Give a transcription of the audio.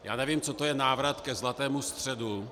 Já nevím, co to je návrat ke zlatému středu...